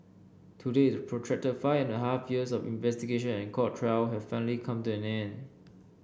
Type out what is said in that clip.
today the protracted five and a half years of investigation and court trial have finally come to an end